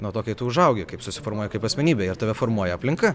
nuo to kai tu užaugi kaip susiformuoji kaip asmenybė ir tave formuoja aplinka